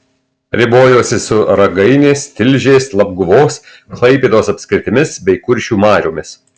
ribojosi su ragainės tilžės labguvos klaipėdos apskritimis bei kuršių mariomis